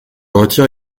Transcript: retire